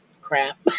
crap